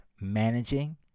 managing